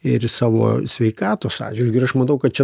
ir savo sveikatos atžvilgiu ir aš manau kad čia